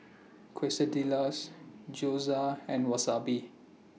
Quesadillas Gyoza and Wasabi